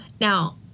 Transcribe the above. Now